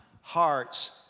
Hearts